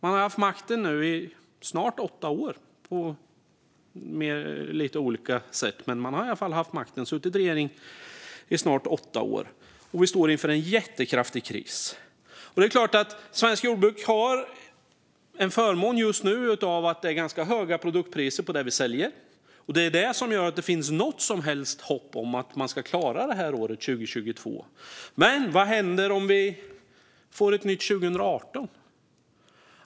De har nu haft regeringsmakten i snart åtta år, och vi står inför en jättekraftig kris. Svenskt jordbruk har en fördel just nu av att det är ganska höga produktpriser på det som man säljer. Det är det som gör att det finns något som helst hopp om att man ska klara detta år, 2022. Men vad händer om vi får ett nytt 2018?